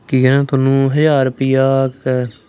ਕਿ ਹੈ ਤੁਹਾਨੂੰ ਹਜ਼ਾਰ ਰੁਪਈਆ ਕ